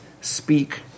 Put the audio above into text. speak